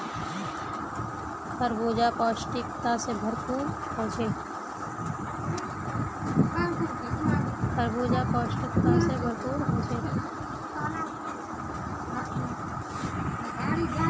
खरबूजा पौष्टिकता से भरपूर होछे